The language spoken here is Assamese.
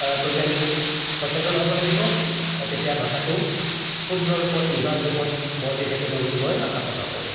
তাৰ প্ৰতি আমি সচেতন হ'ব লাগিব আৰু তেতিয়া ভাষাটো শুদ্ধ ৰূপত নিভাজ ৰূপত বৰ্তি থাকিব বুলি মই আশা প্ৰকাশ কৰোঁ